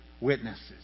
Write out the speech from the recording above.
witnesses